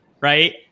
right